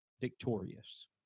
victorious